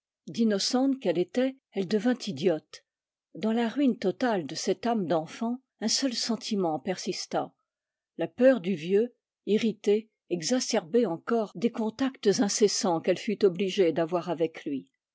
d'innocente qu'elle était elle devint idiote dans la ruine totale de cette âme d'enfant un seul sentiment persista la peur du vieux irritée exacerbée encore des contacts incessants qu'elle fut obligée d'avoir avec lui